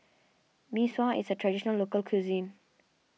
Mee Sua is a Traditional Local Cuisine